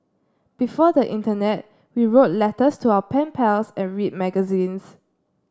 before the internet we wrote letters to our pen pals and read magazines